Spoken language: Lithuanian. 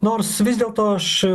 nors vis dėlto aš